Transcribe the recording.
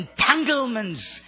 entanglements